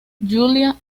julia